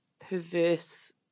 perverse